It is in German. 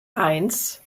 eins